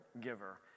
giver